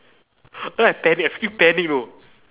then I panic I freaking panic you know